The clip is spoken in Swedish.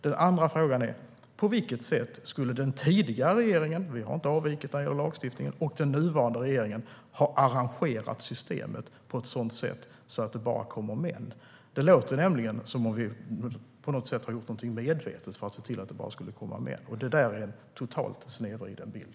Det andra är: På vilket sätt skulle den tidigare regeringen - vi har inte avvikit från lagstiftningen - och den nuvarande regeringen ha arrangerat systemet så att det bara kommer män? Det låter nämligen som att vi skulle ha gjort något medvetet för att se till att det bara ska komma män. Det är en totalt snedvriden bild.